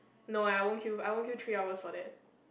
no eh I won't queue I won't queue three hours for that